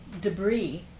debris